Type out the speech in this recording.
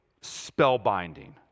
spellbinding